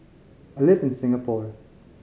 I live in Singapore